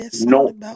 no